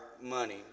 money